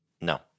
No